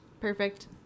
Perfect